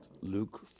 Luke